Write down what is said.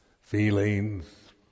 feelings